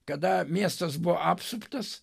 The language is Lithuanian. kada miestas buvo apsuptas